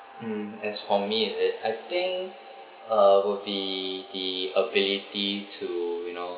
mm as for me is it I think uh would be the ability to you know